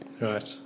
right